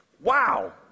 Wow